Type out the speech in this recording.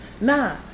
Nah